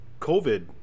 COVID